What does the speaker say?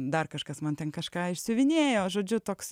dar kažkas man ten kažką išsiuvinėjo žodžiu toks